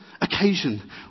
occasion